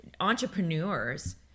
entrepreneurs